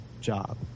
job